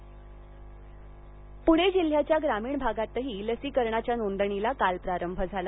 प्णे जिल्ह्याच्या ग्रामीण भागातही लसीकरणाच्या नोंदणीला काल प्रारंभ झाला